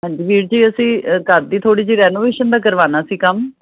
ਹਾਂਜੀ ਵੀਰ ਜੀ ਅਸੀਂ ਘਰ ਦੀ ਥੋੜ੍ਹੀ ਜਿਹ ਰੈਨੋਵੇਸ਼ਨ ਦਾ ਕਰਵਾਉਣਾ ਸੀ ਕੰਮ